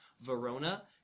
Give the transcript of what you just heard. Verona